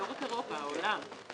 לא רק אירופה, העולם.